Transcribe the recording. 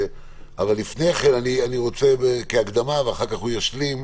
אבל לפני כן אני רוצה כהקדמה ואחר כך הוא ישלים,